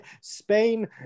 Spain